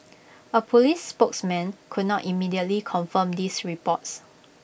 A Police spokesman could not immediately confirm these reports